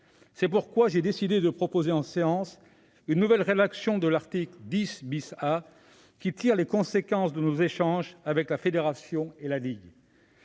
C'est pourquoi j'ai décidé de proposer en séance une nouvelle rédaction de l'article 10 A, qui tire les conséquences de nos échanges avec la fédération et la ligue.